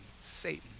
Satan